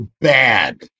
bad